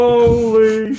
Holy